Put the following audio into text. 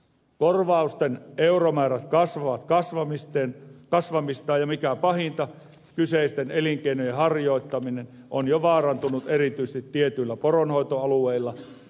korvausten euromäärät kasvavat kasvamistaan ja mikä pahinta kyseisten elinkeinojen harjoittaminen on jo vaarantunut erityisesti tietyillä poronhoitoalueilla